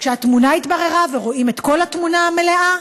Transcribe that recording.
כשהתמונה התבררה ורואים את כל התמונה המלאה,